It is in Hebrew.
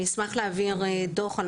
אני אשמח להעביר דוח.